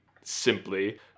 simply